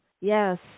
Yes